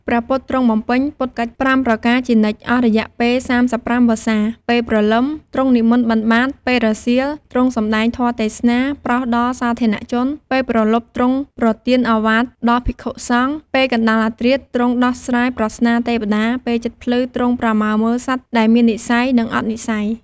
ព្រះពុទ្ធទ្រង់បំពេញពុទ្ធកិច្ច ៥ ប្រការជានិច្ច អស់រយៈពេល ៣៥ វស្សា៖ ពេលព្រលឹម ទ្រង់និមន្តបិណ្ឌបាត, ពេលរសៀល ទ្រង់សំដែងធម៌ទេសនាប្រោសដល់សាធារណជន, ពេលព្រលប់ ទ្រង់ប្រទានឱវាទដល់ភិក្ខុសង្ឃ ពេលកណ្តាលអធ្រាត្រ ទ្រង់ដោះស្រាយប្រស្នាទេវតា, ពេលជិតភ្លឺ ទ្រង់ប្រមើមើលសត្វដែលមាននិស្ស័យ និងអត់និស្ស័យ។